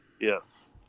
Yes